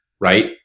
right